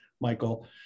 Michael